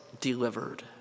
delivered